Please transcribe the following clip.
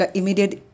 immediate